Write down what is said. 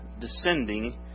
Descending